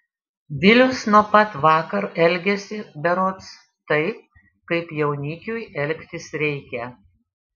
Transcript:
vilius nuo pat vakar elgiasi berods taip kaip jaunikiui elgtis reikia